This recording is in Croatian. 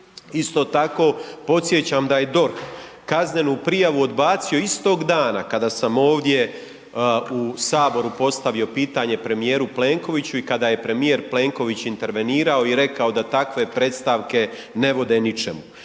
Isto tako podsjećam da je DORH kaznenu prijavu odbacio istoga dana kada sam ovdje u Saboru postavio pitanje premijeru Plenkoviću i kada je premijer Plenković intervenirao i rekao da takve predstavke ne vode ničemu.